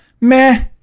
meh